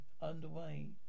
underway